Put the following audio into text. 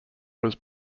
was